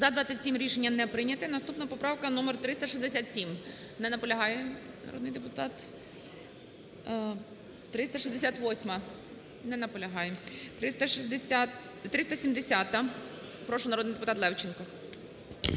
За-27 Рішення не прийнято. Наступна поправка - номер 367. Не наполягає народний депутат. 368-а. Не наполягає. 370-а. Прошу, народний депутатЛевченко.